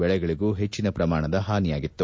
ಬೆಳೆಗಳಿಗೂ ಹೆಚ್ಚಿನ ಪ್ರಮಾಣದ ಹಾನಿಯಾಗಿತ್ತು